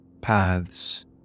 paths